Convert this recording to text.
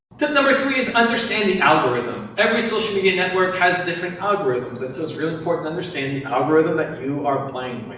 tip number three is understand the algorithm. every social media network has different algorithms, and so it's really important to understand the algorithm that you are playing with.